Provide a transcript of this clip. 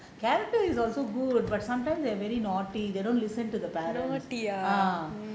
character is also good but sometimes they are very naughty they don't listen to the parents uh